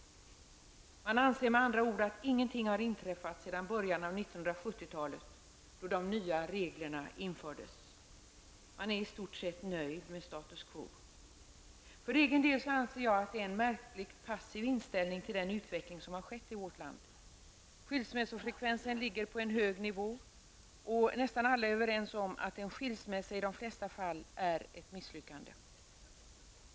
Statsrådet anser med andra ord att ingenting har inträffat sedan början av 1970-talet, då de nya reglerna infördes. Statsrådet är i stort sett nöjd med status quo. För egen del anser jag att detta är en märkligt passiv inställning till den utveckling som har skett i vårt land. Skilsmässofrekvensen ligger på en hög nivå, och nästan alla är överens om att en skilsmässa i de flesta fall är ett misslyckande.